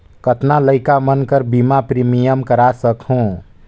कतना लइका मन कर बीमा प्रीमियम करा सकहुं?